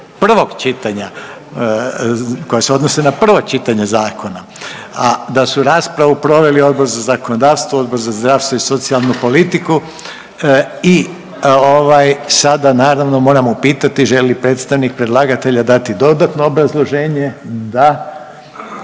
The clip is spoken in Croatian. prvog čitanja, koje se odnose na prvo čitanje zakona, a da su raspravu proveli Odbor za zakonodavstvo, Odbor za zdravstvo i socijalnu politiku i ovaj sada naravno moram upitati želi li predstavnik predlagatelja dati dodatno obrazloženje? Da.